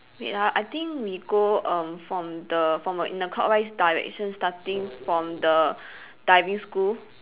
wait ah I think we go um from the from in a clockwise direction starting from the diving school